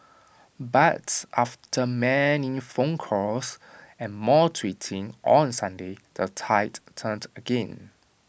but after many phone calls and more tweeting on Sunday the tide turned again